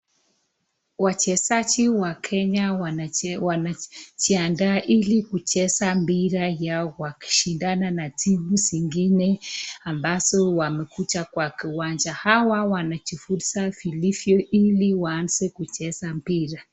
Wachezaji wa kenya wanajiandaa ili kucheza mpira yao wakishindana na timu zingine ambazo wamekuja kwa kiwanja hawa wanajifunza vilivyo ili waanze kucheza mpira.